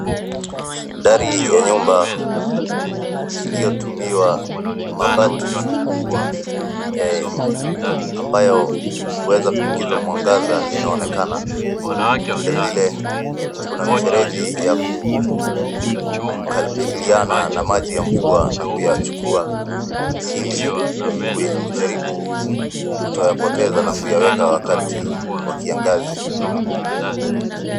Ndari ya nyumba iliyotumiwa mabati ambayo huweza kuingiza mwangaza inaonekana. Vile vile kuna mifereji ya kukabiliana na maji ya mvua na kuyachukua ili kujaribu kutoyapoteza na kuyaweka wakati wa kiangazi.